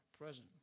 present